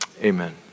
amen